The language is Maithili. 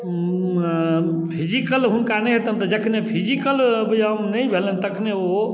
फिजिकल हुनका नहि हेतनि जखने फिजिकल व्यायाम नहि भेलनि तखने ओ